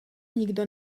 nikdo